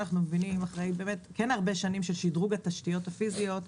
אחרי באמת הרבה שנים של שדרוג התשתיות הפיזיות,